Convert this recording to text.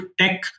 tech